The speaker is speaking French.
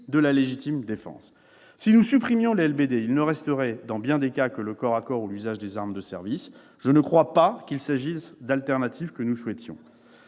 de la légitime défense. Si nous supprimions les LBD, il ne resterait, dans bien des cas, que le corps à corps ou l'usage des armes de service. Je ne crois pas que nous souhaitions